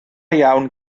iawn